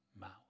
mouth